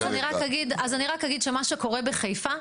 אז אני רק אגיד שמה שקורה בחיפה,